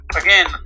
Again